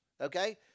Okay